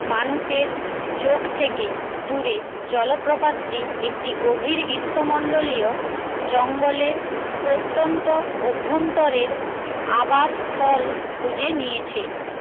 মানুষের চোখ থেকে দূরে জলপ্রপাতটি একটি গভীর গ্রীষ্মমন্ডলীয় জঙ্গলের প্রত্যন্ত অভ্যন্তরের আবাসস্থল খুঁজে নিয়েছে